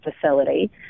facility